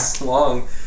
long